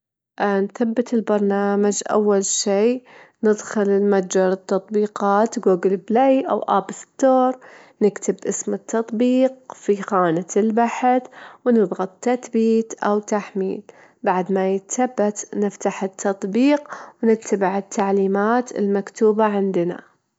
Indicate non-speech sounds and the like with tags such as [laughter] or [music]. المكان اللي ودي أزوره، ودي أزور نيوزيلاندا، نيوزيلاندا معروفة بالطبيعة الخلابة والمناظر الطبيعية الجميلة يعني، أحسها مكان مثالي للأسترخاء، والاستمتاع بمناظرها الخلابة ومناظرها المرة جميلة. [noise]